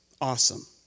Awesome